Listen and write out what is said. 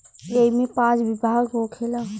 ऐइमे पाँच विभाग होखेला